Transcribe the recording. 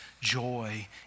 joy